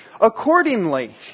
Accordingly